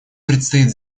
предстоит